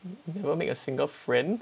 never make a single friend